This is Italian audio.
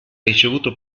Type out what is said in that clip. ricevuto